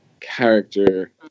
character